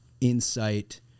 insight